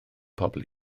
pobl